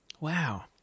Wow